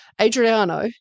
Adriano